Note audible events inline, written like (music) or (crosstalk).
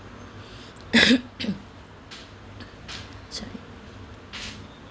(coughs) sorry